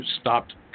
stopped